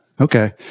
Okay